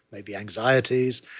maybe, anxieties,